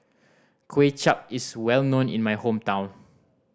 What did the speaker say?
Kuay Chap is well known in my hometown